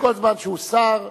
וכל זמן שהוא שר,